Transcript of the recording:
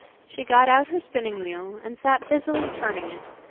she got out her spinning-wheel, and sat busily turning it,